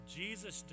jesus